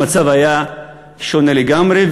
המצב היה שונה לגמרי.